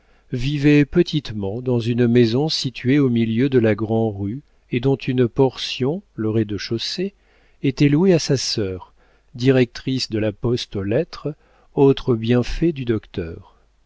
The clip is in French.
vivait petitement dans une maison située au milieu de la grand'rue et dont une portion le rez-de-chaussée était louée à sa sœur directrice de la poste aux lettres autre bienfait du docteur